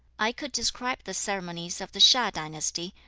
i could describe the ceremonies of the hsia dynasty,